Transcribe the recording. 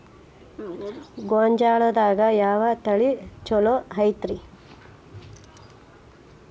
ಗೊಂಜಾಳದಾಗ ಯಾವ ತಳಿ ಛಲೋ ಐತ್ರಿ?